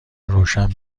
روشن